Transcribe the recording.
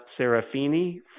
Serafini